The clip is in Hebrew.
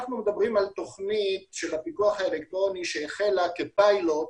אנחנו מדברים על תכנית של הפיקוח האלקטרוני שהחלה בפיילוט